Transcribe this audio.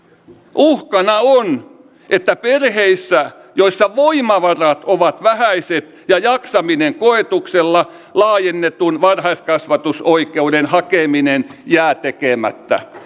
uhkana on että perheissä joissa voimavarat ovat ovat vähäiset ja jaksaminen koetuksella laajennetun varhaiskasvatusoikeuden hakeminen jää tekemättä